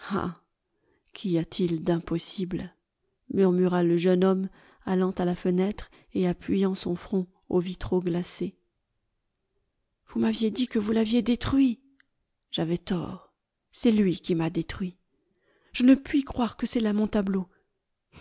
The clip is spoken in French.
qu'y a-t-il d'impossible murmura le jeune homme allant à la fenêtre et appuyant son front aux vitraux glacés vous m'aviez dit que vous l'aviez détruit j'avais tort c'est lui qui m'a détruit je ne puis croire que c'est là mon tableau